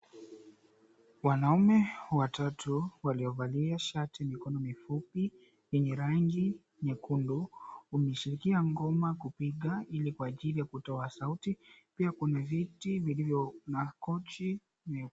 Wanaume watatu waliovalia shati ya mikono mifupi yenye rangi nyekundu wanashirikia ngoma kupiga kwa ajili ya kutoa sauti pia kuna viti vilivyo na kochi nyeupe.